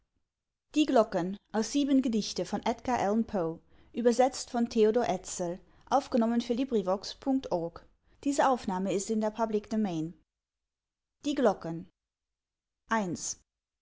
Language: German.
die kritik die